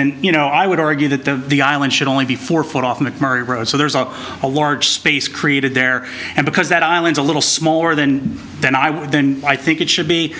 and you know i would argue that the the island should only be four foot off mcmurry road so there's a large space created there and because that island a little smaller than than i would then i think it should be